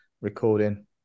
recording